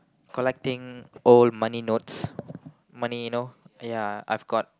collecting old money notes money you know ya I've got